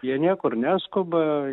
jie niekur neskuba